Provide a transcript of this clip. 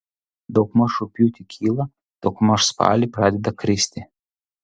daugmaž rugpjūtį kyla daugmaž spalį pradeda kristi